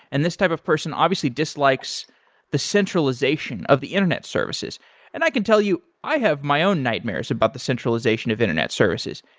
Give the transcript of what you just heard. and this type of person obviously dislikes the centralization of the internet services and i can tell you, i have my own nightmares about the centralization of internet services.